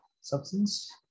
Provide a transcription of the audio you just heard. substance